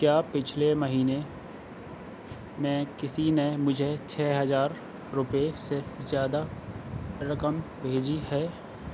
کیا پچھلے مہینے میں کسی نے مجھے چھ ہزار روپے سے زیادہ رقم بھیجی ہے